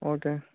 okay